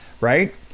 right